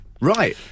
Right